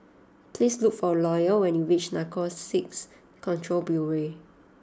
please look for Loyal when you reach Narcotics Control Bureau